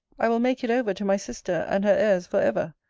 i will make it over to my sister, and her heirs for ever.